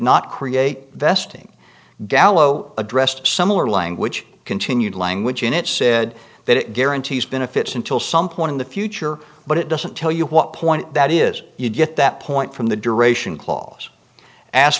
not create vesting gallow addressed similar language continued language in it said that it guarantees benefits until some point in the future but it doesn't tell you what point that is you get that point from the duration clause asked